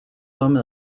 some